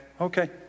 Okay